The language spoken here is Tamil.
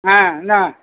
ஆ இந்தாங்க